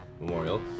memorial